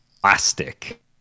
plastic